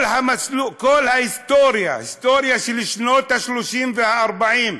כל ההיסטוריה, ההיסטוריה של שנות ה-30 וה-40,